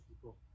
people